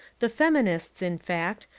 the feminists, in fact,